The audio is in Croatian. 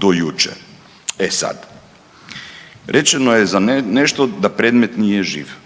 do jučer. E sad, rečeno je nešto da predmet nije živ,